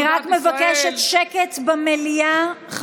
אני רק מבקשת שקט במליאה.